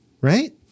right